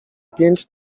pięć